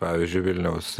pavyzdžiui vilniaus